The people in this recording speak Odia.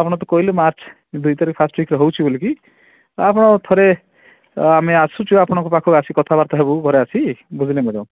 ଆପଣ ତ କହିଲେ ମାର୍ଚ୍ଚ ଦୁଇ ତାରିଖ ଫାର୍ଷ୍ଟ ଉଇକ୍ ହେଉଛି ବୋଲିକି ଥରେ ଆମେ ଆସୁଛୁ ଆପଣଙ୍କ ପାଖକୁ ଆସିକି କଥାବାର୍ତ୍ତା ହେବୁ ଘରେ ଆସି ବୁଝିଲେ ମ୍ୟାଡ଼ାମ୍